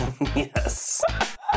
Yes